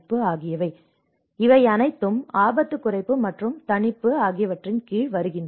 எனவே இவை அனைத்தும் ஆபத்து குறைப்பு மற்றும் தணிப்பு ஆகியவற்றின் கீழ் வருகின்றன